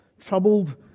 troubled